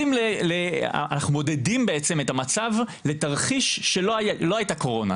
אנחנו מודדים בעצם את המצב לתרחיש שלא היתה קורונה.